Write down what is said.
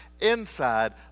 inside